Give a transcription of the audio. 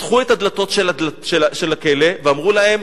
פתחו את הדלתות של הכלא ואמרו להם: